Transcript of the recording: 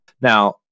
Now